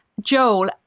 Joel